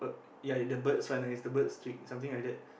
uh ya the birds one it was the birds trick something like that